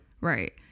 Right